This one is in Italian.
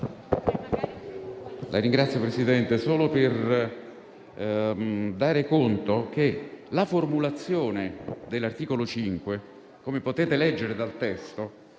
intervengo solo per dare conto che la formulazione dell'articolo 5, come potete leggere dal testo,